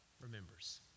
remembers